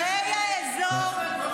דרום הר חברון וקריית ארבע הוחרגו מהחוק.